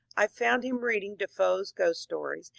i found him reading defoe's ghost stories,